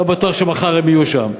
לא בטוח שמחר הם יהיו שם.